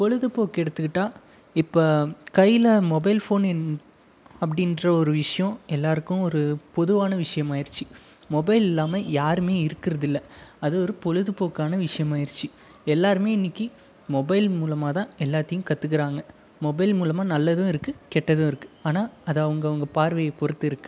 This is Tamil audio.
பொழுதுபோக்கு எடுத்துக்கிட்டா இப்போ கையில் மொபைல் ஃபோன் இன் அப்படின்ற ஒரு விஷயோம் எல்லாருக்கும் ஒரு பொதுவான விஷியமாக ஆயிடுச்சு மொபைல் இல்லாமே யாருமே இருக்கிறது இல்லை அது ஒரு பொழுதுபோக்கான விஷ்யமாயிருச்சு எல்லாருமே இன்னிக்கு மொபைல் மூலமா தான் எல்லாத்லையும் கற்றுக்கிறாங்க மொபைல் மூலமாக நல்லதும் இருக்கு கெட்டதும் இருக்கு ஆனால் அது அவங்கவுங்க பார்வையை பொறுத்து இருக்கு